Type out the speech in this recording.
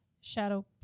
shadow